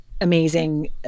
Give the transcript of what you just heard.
amazing